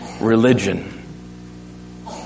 religion